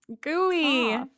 gooey